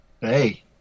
Hey